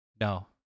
No